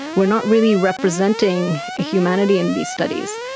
we are not really representing humanity in these studies.